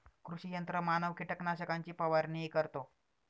कृषी यंत्रमानव कीटकनाशकांची फवारणीही करतो